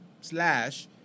slash